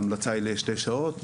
ההמלצה היא לשתי שעות,